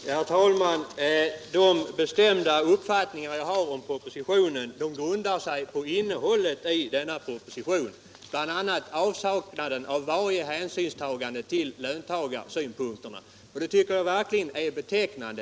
Herr talman! De bestämda uppfattningar jag har om propositionen grundar sig på innehållet i den, bl.a. avsaknaden av varje hänsynstagande till löntagarsynpunkterna. Det tycker jag är verkligt betecknande.